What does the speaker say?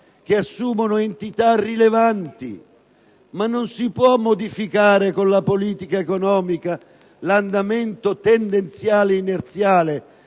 ed assumono entità rilevanti. Ma non si può modificare con la politica economica l'andamento tendenziale inerziale